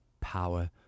power